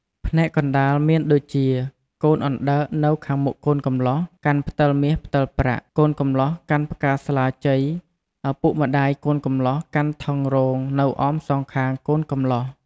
ផ្នែកកណ្តាល មានដូចជាកូនអណ្តើកនៅខាងមុខកូនកំលោះកាន់ផ្តិលមាសផ្តិលប្រាក់ កូនកំលោះកាន់ផ្កាស្លាជ័យ ឪពុកម្តាយកូនកំលោះកាន់ថង់រងនៅអមសងខាងកូនកំលោះ។